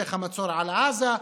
להמשך המצור על עזה.